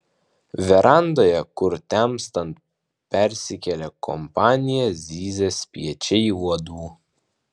verandoje kur temstant persikėlė kompanija zyzė spiečiai uodų